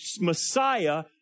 Messiah